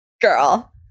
girl